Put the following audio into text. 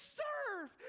serve